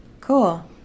Cool